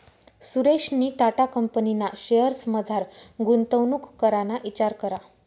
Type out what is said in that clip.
सुरेशनी टाटा कंपनीना शेअर्समझार गुंतवणूक कराना इचार करा